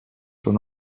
són